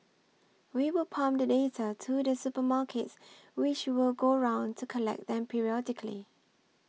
we will pump the data to the supermarkets which will go round to collect them periodically